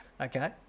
okay